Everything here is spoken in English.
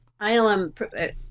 ILM